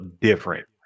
different